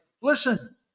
listen